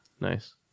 Nice